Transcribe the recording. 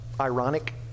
ironic